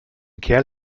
kerl